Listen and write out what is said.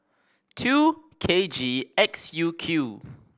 two K G X U Q